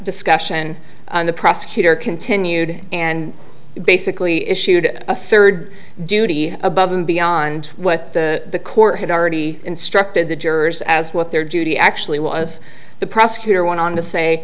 discussion the prosecutor continued and basically issued a third duty above and beyond what the court had already instructed the jurors as what their duty actually was the prosecutor went on to say